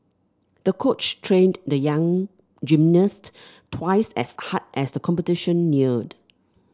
the coach trained the young gymnast twice as hard as the competition neared